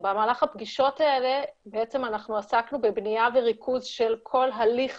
במהלך הפגישות האלה אנחנו עסקנו בבנייה וריכוז של כל הליך